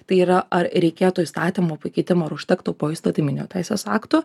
tai yra ar reikėtų įstatymo pakeitimo ar užtektų poįstatyminio teisės akto